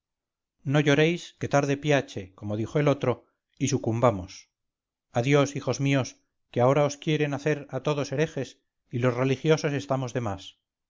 no lloréis que tarde piache como dijo el otro y sucumbamos adiós hijos míos que ahora os quieren hacer a todos herejes y los religiosos estamos de más